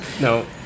No